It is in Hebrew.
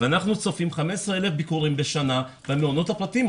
ואנחנו צופים 15,000 ביקורים בשנה במעונות הפרטיים.